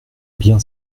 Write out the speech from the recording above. bien